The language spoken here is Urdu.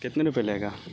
کتنے روپئے لے گا